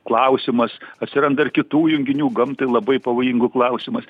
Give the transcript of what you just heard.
klausimas atsiranda ir kitų junginių gamtai labai pavojingų klausimas